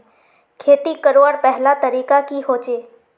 खेती करवार पहला तरीका की होचए?